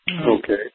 Okay